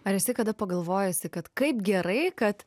ar esi kada pagalvojusi kad kaip gerai kad